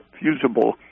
fusible